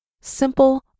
simple